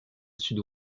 sud